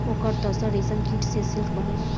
ओकर तसर रेशमकीट से सिल्क बनेला